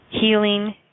healing